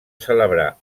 celebrar